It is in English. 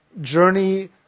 journey